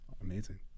Amazing